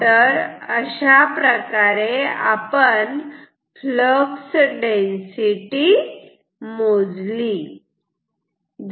तर अशाप्रकारे आपण फ्लक्स डेन्सिटी मोजली